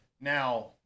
Now